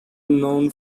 known